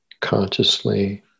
consciously